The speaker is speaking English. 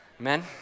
amen